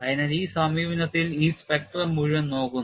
അതിനാൽ ഈ സമീപനത്തിൽ ഈ സ്പെക്ട്രം മുഴുവൻ നോക്കുന്നു